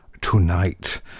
tonight